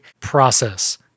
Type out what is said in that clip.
process